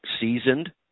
seasoned